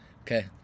Okay